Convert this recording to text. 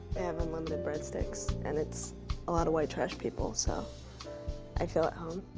have unlimited breadsticks and it's a lot of white trash people, so i feel at home.